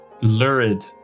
lurid